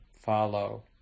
follow